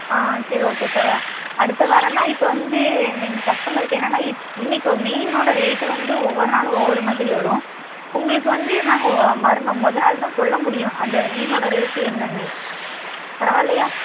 ஆ சரி okay sir அடுத்த வாரம்னால் இப்போ வந்து எங்கள் கஸ்டமருக்கு என்னென்னா இப் இன்னைக்கு ஒரு மீன்னோடய ரேட்டு வந்து ஒவ்வொரு நாளும் ஒவ்வொரு மாதிரி வரும் உங்களுக்கு வந்து நாங்கள் மறுநாள் முதநாள் தான் சொல்ல முடியும் அந்த மீனோடய ரேட்டு என்னென்னு பரவாயில்லையா